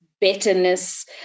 bitterness